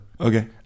Okay